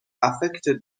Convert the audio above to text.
affected